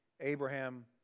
Abraham